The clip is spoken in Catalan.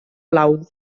blau